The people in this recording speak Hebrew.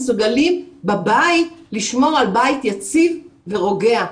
מסוגלים בבית לשמור על בית יציב ורוגע.